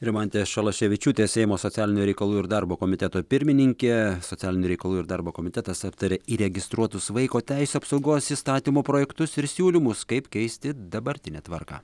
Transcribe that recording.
rimantė šalaševičiūtė seimo socialinių reikalų ir darbo komiteto pirmininkė socialinių reikalų ir darbo komitetas aptarė įregistruotus vaiko teisių apsaugos įstatymo projektus ir siūlymus kaip keisti dabartinę tvarką